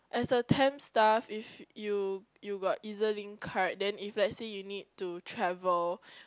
as a temp staff if you you got Ez-link card then if let's say you need to travel